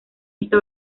esta